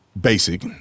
Basic